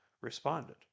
responded